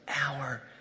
hour